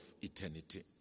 eternity